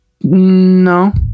No